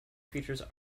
features